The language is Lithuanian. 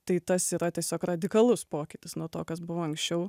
tai tas yra tiesiog radikalus pokytis nuo to kas buvo anksčiau